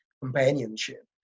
companionship